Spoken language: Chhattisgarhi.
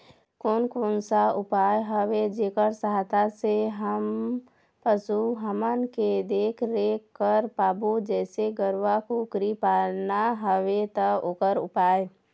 कोन कौन सा उपाय हवे जेकर सहायता से हम पशु हमन के देख देख रेख कर पाबो जैसे गरवा कुकरी पालना हवे ता ओकर उपाय?